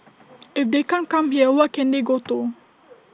if they can't come here what can they go to